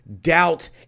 doubt